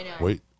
Wait